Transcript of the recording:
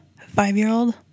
five-year-old